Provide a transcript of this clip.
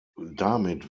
damit